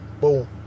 Boom